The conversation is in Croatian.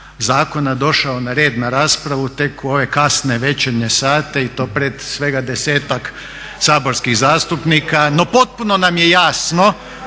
došao na red na raspravu tek u ove kasne večernje sate i to pred svega desetak saborskih zastupnika, no potpuno nam je jasno